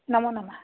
नमो नमः